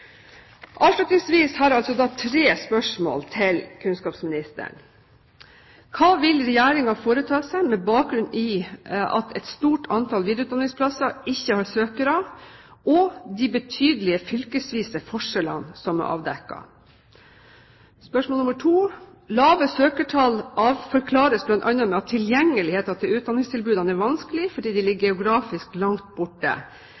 Avslutningsvis har jeg tre spørsmål til kunnskapsministeren: Hva vil Regjeringen foreta seg med bakgrunn i at et stort antall videreutdanningsplasser ikke har søkere, og de betydelige fylkesvise forskjellene som er avdekket? Lave søkertall forklares bl.a. med at tilgjengeligheten til utdanningstilbudene er vanskelig fordi de geografisk ligger langt borte.